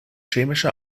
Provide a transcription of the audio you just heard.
chemische